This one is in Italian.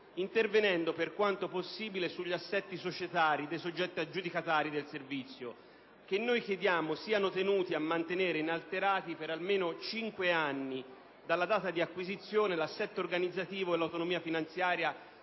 intervenendo, per quanto possibile, sugli assetti societari dei soggetti aggiudicatari del servizio, che noi chiediamo siano tenuti a mantenere inalterati, per almeno cinque anni dalla data di acquisizione, l'assetto organizzativo e l'autonomia finanziaria